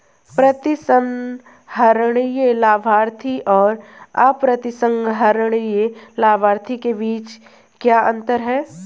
प्रतिसंहरणीय लाभार्थी और अप्रतिसंहरणीय लाभार्थी के बीच क्या अंतर है?